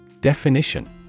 Definition